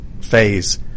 phase